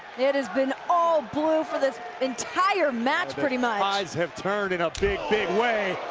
it has been all blue for this entire match pretty much. tides have turned in a big, big way.